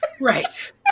Right